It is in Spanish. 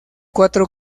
cuatro